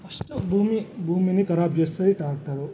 first భూమి భూమిని ఖరాబు చేస్తుంది ట్రాక్టర్లు